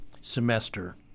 semester